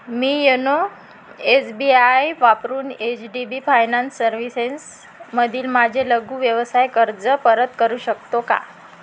me YONO S B I वापरून H D B finance सर्व्हिसेसमधील माझे लघु व्यवसाय कर्ज परत करू शकतो का